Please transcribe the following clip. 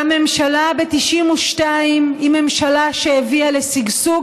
והממשלה ב-1992 היא ממשלה שהביאה לשגשוג